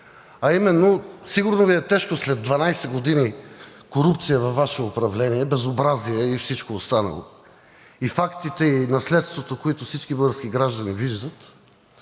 Пенев. Сигурно Ви е тежко след 12 години корупция във Вашето управление, безобразие и всичко останало, и фактите, и наследството, които всички български граждани виждат